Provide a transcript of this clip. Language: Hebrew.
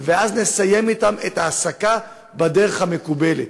ואז נסיים אתם את ההעסקה בדרך המקובלת.